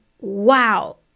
wow